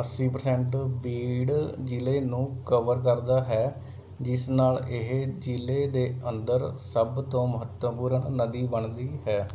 ਅੱਸੀ ਪ੍ਰਸੈਂਟ ਬੀਡ ਜ਼ਿਲ੍ਹੇ ਨੂੰ ਕਵਰ ਕਰਦਾ ਹੈ ਜਿਸ ਨਾਲ ਇਹ ਜ਼ਿਲ੍ਹੇ ਦੇ ਅੰਦਰ ਸਭ ਤੋਂ ਮਹੱਤਵਪੂਰਨ ਨਦੀ ਬਣਦੀ ਹੈ